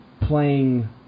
playing